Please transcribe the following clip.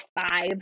five